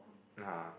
nah